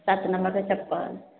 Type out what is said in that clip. सात नम्बरके चप्पल